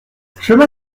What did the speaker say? chemin